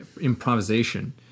improvisation